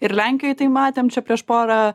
ir lenkijoj tai matėm čia prieš porą